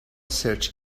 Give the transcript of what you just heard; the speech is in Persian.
سرچ